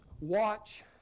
watch